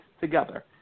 together